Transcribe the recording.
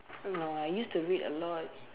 no I used to read a lot